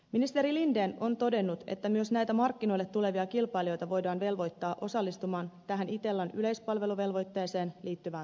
ministeri linden on todennut että myös näitä markkinoille tulevia kilpailijoita voidaan velvoittaa osallistumaan tähän itellan yleispalveluvelvoitteeseen liittyvään tukeen